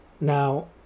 Now